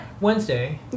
Wednesday